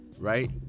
right